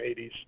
80s